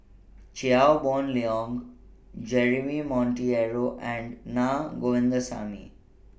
Chia Boon Leong Jeremy Monteiro and Naa Govindasamy